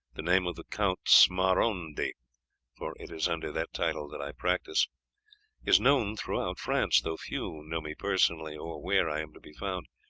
the name of the count smarondi for it is under that title that i practise is known throughout france, though few know me personally or where i am to be found.